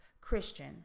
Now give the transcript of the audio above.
Christian